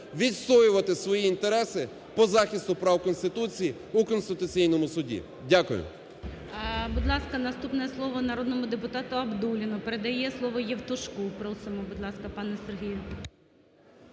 відстоювати свої інтереси по захисту прав Конституції у Конституційному Суді. Дякую.